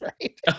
Right